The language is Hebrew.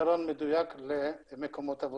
פתרון מדויק למקומות עבודה.